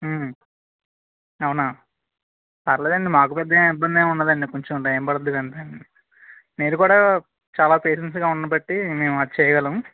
అవునా పర్లేదండి మాకు పెద్ద ఎం ఇబ్బంది ఎం ఉండదండి కొంచం టైం పడుతుంది అంతెండి మీరు కూడా చాలా పేషెన్స్గా ఉండ బట్టి మేము అది చేయగలం